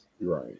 Right